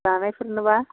जानायफोरनाबा